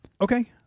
Okay